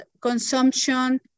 consumption